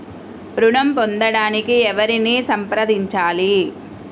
ఋణం పొందటానికి ఎవరిని సంప్రదించాలి?